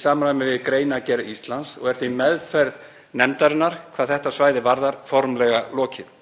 í samræmi við greinargerð Íslands og er því meðferð nefndarinnar hvað þetta svæði varðar formlega lokið.